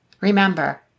Remember